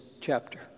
chapter